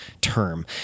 term